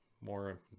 more